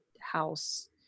house